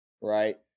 Right